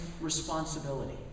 responsibility